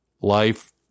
life